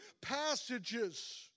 passages